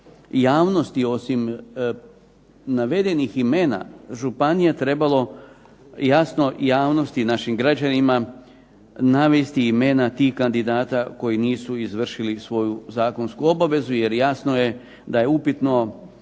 javnosti osim navedenih imena županija trebalo javnosti našim građanima, navesti imena tih kandidata koji nisu izvršili svoju zakonsku obavezu, jer jasno je da je sutra